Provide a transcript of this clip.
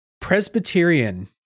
Presbyterian